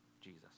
Jesus